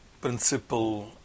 principle